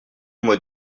mois